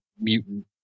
mutant